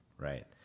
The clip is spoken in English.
Right